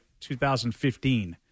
2015